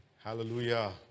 Hallelujah